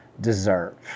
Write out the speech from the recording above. deserve